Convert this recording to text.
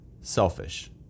Selfish